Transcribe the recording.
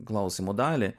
klausimo dalį